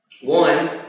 One